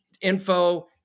info